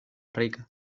rica